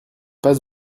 pas